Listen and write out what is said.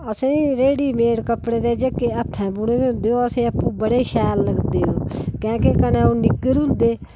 आसेगी रैडीमेल कपडे ते जेहके हत्थे बुने दै होंदे ओह् आसें अपने बडे़ शैल लगदे केंह के कन्ने ओह् निग्गर होंदे